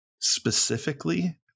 Specifically